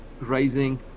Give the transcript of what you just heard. rising